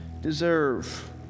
deserve